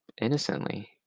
innocently